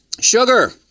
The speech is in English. Sugar